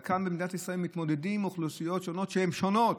אבל כאן במדינת ישראל מתמודדים עם אוכלוסיות שהן שונות,